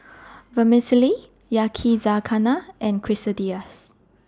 Vermicelli Yakizakana and Quesadillas